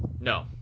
no